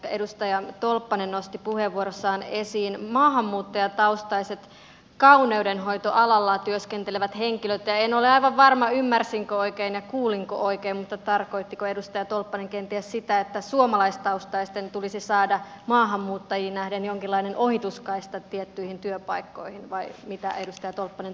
edustaja tolppanen nosti puheenvuorossaan esiin maahanmuuttajataustaiset kauneudenhoitoalalla työskentelevät henkilöt ja en ole aivan varma ymmärsinkö oikein ja kuulinko oikein mutta tarkoittiko edustaja tolppanen kenties sitä että suomalaistaustaisten tulisi saada maahanmuuttajiin nähden jonkinlainen ohituskaista tiettyihin työpaikkoihin vai mitä edustaja tolppanen tällä tarkoitti